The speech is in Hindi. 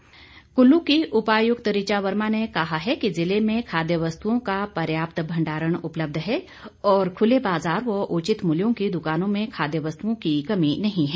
उपायु क्त कुल्लू की उपायुक्त ऋचा वर्मा ने कहा है कि जिले में खाद्य वस्तुओं का पर्याप्त भंडारण उपलब्य है और खुले बाजार व उचित मूल्यों की दुकानों में खाद्य वस्तुओं की कमी नहीं है